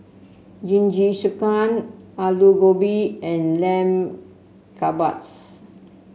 Jingisukan Alu Gobi and Lamb Kebabs